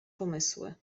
pomysły